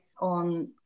on